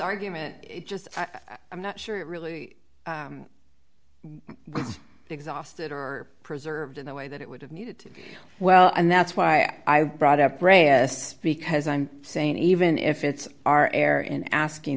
argument just i'm not sure it really was exhausted or preserved in the way that it would have needed to be well and that's why i brought up reyes because i'm saying even if it's our air in asking